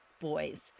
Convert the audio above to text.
boys